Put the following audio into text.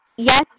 Yes